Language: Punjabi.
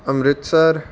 ਅੰਮ੍ਰਿਤਸਰ